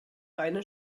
reine